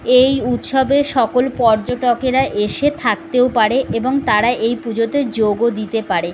এই উৎসবের সকল পর্যটকেরা এসে থাকতেও পারে এবং তারা এই পুজোতে যোগও দিতে পারে